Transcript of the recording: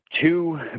two